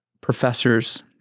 professors